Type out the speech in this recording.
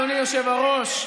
אדוני היושב-ראש,